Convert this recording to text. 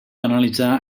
analitzar